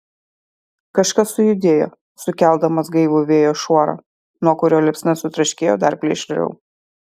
kažkas sujudėjo sukeldamas gaivų vėjo šuorą nuo kurio liepsna sutraškėjo dar plėšriau